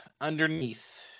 underneath